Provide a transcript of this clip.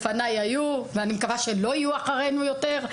לפני היו ואני מקווה שהם לא יהיו אחרינו יותר.